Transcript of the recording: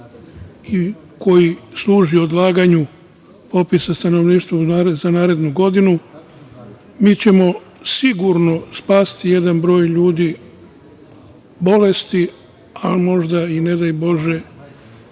i koji služi odlaganju popisa stanovništva za narednu godinu mi ćemo sigurno spasiti jedan broj ljudi bolesti, a možda i ne daj bože